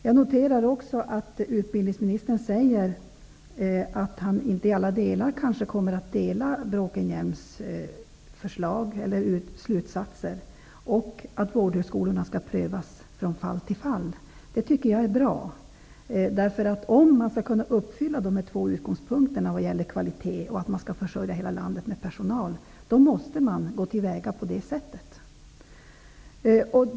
Jag noterar också att utbildningsministern sade att han inte fullt ut delar Bråkenhielms slutsatser och att vårdhögskolorna skall prövas från fall till fall. Det tycker jag är bra. Om man skall kunna uppfylla de två ursprungliga kraven på kvalitet och på att hela landet skall försörjas med personal, måste man gå till väga på det sättet.